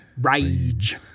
rage